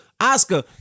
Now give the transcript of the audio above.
Oscar